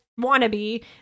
wannabe